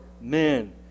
men